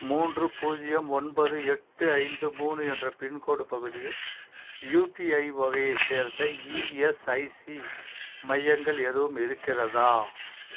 மூன்று பூஜ்யம் ஒன்பது எட்டு ஐந்து மூணு என்ற பின்கோடு பகுதியில் யூடிஐ வகையை சேர்ந்த இஎஸ்ஐசி மையங்கள் எதுவும் இருக்கிறதா